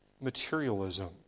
materialism